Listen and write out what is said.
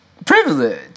Privilege